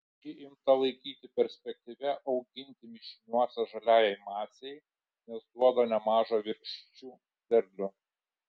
ji imta laikyti perspektyvia auginti mišiniuose žaliajai masei nes duoda nemažą virkščių derlių